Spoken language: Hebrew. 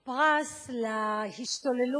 פרס להשתוללות